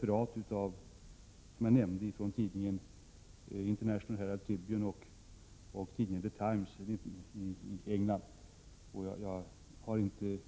De utgörs av referat från engelskspråkiga tidningar såsom International Herald Tribune och The Times. Själv har jag inte